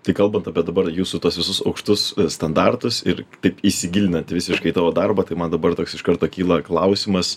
tai kalbant apie dabar jūsų tuos visus aukštus standartus ir taip įsigilinant visiškai į tavo darbą tai man dabar toks iš karto kyla klausimas